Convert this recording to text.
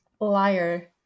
Liar